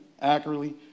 accurately